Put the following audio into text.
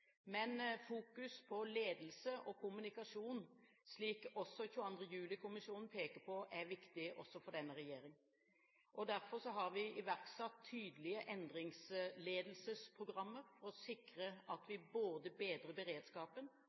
men fokus på ledelse og kommunikasjon, slik 22. juli-kommisjonen peker på, er viktig også for denne regjering. Derfor har vi iverksatt tydelige endringsledelsesprogrammer for å sikre at vi både bedrer beredskapen